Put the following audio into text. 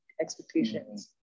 expectations